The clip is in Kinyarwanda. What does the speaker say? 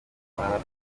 ubumara